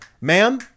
ma'am